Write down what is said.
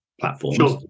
platforms